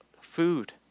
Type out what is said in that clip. food